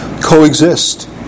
coexist